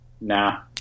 Nah